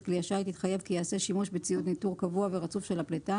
כלי השיט התחייב כי ייעשה שימוש בציוד ניטור קבוע ורצוף של הפליטה